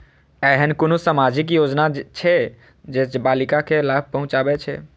ऐहन कुनु सामाजिक योजना छे जे बालिका के लाभ पहुँचाबे छे?